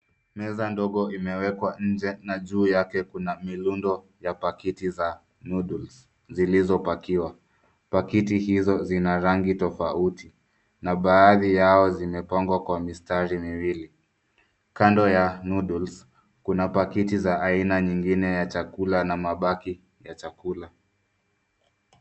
Meza ndogo imewekwa nje na juu yake kuna mirundo ya pakiti za noodles zilizopakiwa. Pakiti hizo zina rangi tofauti na baadhi yao zimepangwa kwa mistari miwili. Kando ya noodles , kuna pakiti za aina nyingine ya chakula na mabaki ya chakula.